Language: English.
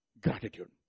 gratitude